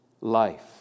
life